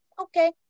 okay